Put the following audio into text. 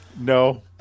No